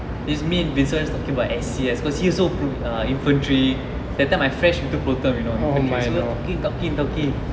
is me and vincent always talking about S_C_S cause he also err infantry that time I fresh into pro term you know infantry so we're talking talking talking